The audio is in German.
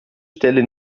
stelle